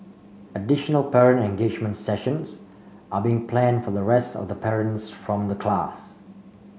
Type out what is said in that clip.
additional parent engagement sessions are being planned for the rest of the parents from the class